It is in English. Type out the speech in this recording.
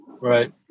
Right